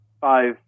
five